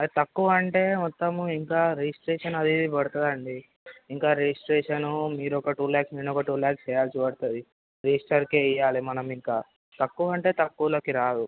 అది తక్కువంటే మొత్తం ఇంకా రిజిస్ట్రేషన్ అవి ఇవి పడుతుందండి ఇంకా రిజిస్ట్రేషను మీరు ఒక టూ ల్యాక్స్ నేనొక టూ ల్యాక్స్ చేయాల్సి వస్తుంది రిజిస్టర్కే ఇయ్యాలి మనం ఇంకా తక్కువంటే తక్కువలోకి రాదు